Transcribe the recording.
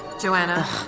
Joanna